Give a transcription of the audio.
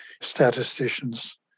statisticians